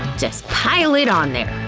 just pile it on there!